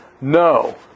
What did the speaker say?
no